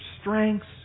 strengths